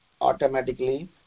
automatically